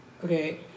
Okay